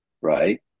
right